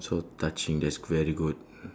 so touching that's very good